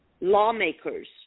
Lawmakers